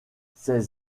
ses